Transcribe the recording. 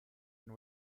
and